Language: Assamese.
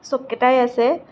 চব কেইটাই আছে